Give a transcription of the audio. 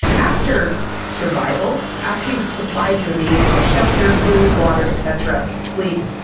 after survival, after you've supplied your need for shelter, food, water, etcetera, sleep,